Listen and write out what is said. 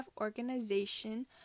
organization